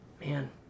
man